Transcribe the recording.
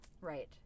Right